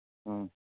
ꯎꯝ